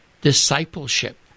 discipleship